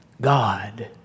God